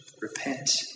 Repent